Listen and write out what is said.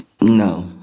No